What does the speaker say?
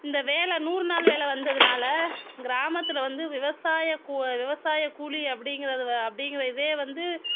இந்த வேலை நூறுநாள் வேலை வந்ததனால கிராமத்தில் வந்து விவசாய கூ விவசாய கூலி அப்படிங்குறது அப்படிங்குற இதே வந்து